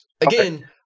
again